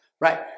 right